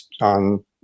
on